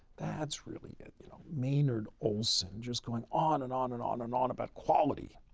that's really it. you know, maynard olson just going on and on and on and on about quality.